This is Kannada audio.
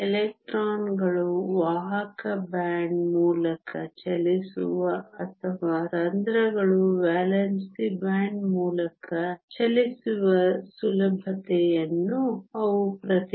ಎಲೆಕ್ಟ್ರಾನ್ಗಳು ವಾಹಕ ಬ್ಯಾಂಡ್ ಮೂಲಕ ಚಲಿಸುವ ಅಥವಾ ರಂಧ್ರಗಳು ವೇಲೆನ್ಸಿ ಬ್ಯಾಂಡ್ ಮೂಲಕ ಚಲಿಸುವ ಸುಲಭತೆಯನ್ನು ಅವು ಪ್ರತಿನಿಧಿಸುತ್ತವೆ